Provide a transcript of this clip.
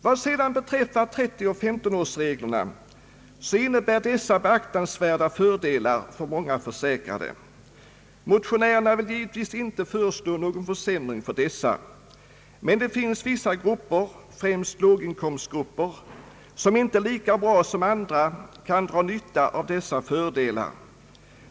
Vad beträffar 30 och 15-årsreglerna så innebär dessa beaktansvärda fördelar för många försäkrade. Motionärerna vill givetvis inte föreslå någon försämring för dessa. Men det finns vissa grupper, främst låginkomstgrupper, som inte lika bra som andra kan dra nytta av dessa fördelar.